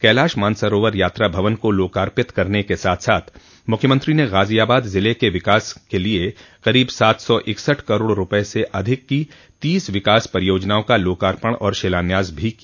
कैलाश मानसरोवर यात्रा भवन को लोकार्पित करने के साथ साथ मुख्यमंत्री ने ग़ाज़ियाबाद ज़िले के विकास के लिए करीब सात सौ इकसठ करोड़ रूपये से अधिक की तीस विकास परियोजनाओं का लोकार्पण और शिलान्यास भी किया